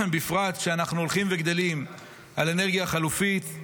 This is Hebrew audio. בפרט כשאנחנו הולכים וגדלים על אנרגיה חלופית,